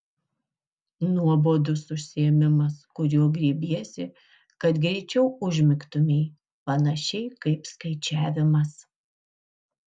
nuobodus užsiėmimas kurio griebiesi kad greičiau užmigtumei panašiai kaip skaičiavimas